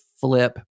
flip